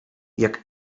jak